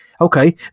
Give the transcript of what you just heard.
okay